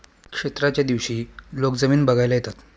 क्षेत्राच्या दिवशी लोक जमीन बघायला येतात